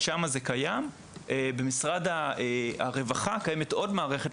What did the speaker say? לשאלתך, במשרד הרווחה קיימת עוד מערכת,